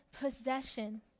possession